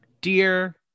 dear